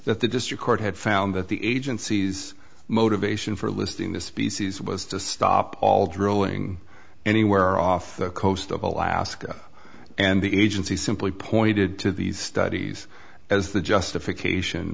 that the district court had found that the agency's motivation for listing the species was to stop all drilling anywhere off the coast of alaska and the agency simply pointed to these studies as the justification